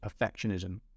perfectionism